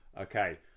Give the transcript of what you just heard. Okay